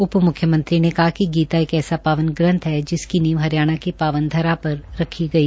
उप मुख्यमंत्री ने कहा कि गीता एक ऐसा पावन ग्रंथ है जिसकी नींव हरियाणा की पावन धरा पर रखी गई है